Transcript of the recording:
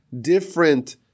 different